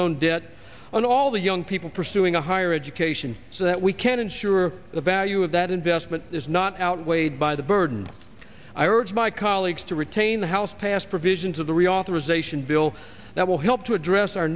loan debt on all the young people pursuing a higher education so that we can ensure the value of that investment is not outweighed by the burden i urge my colleagues to retain the house pass provisions of the reauthorization bill that will help to address our